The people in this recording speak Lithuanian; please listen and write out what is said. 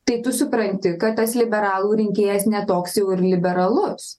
tai tu supranti kad tas liberalų rinkėjas ne toks jau ir liberalus